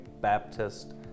Baptist